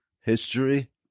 history